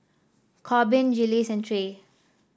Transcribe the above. Corbin Jiles and Trae